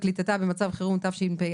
28 בפברואר 2022, כ"ז באדר א' התשפ"ב.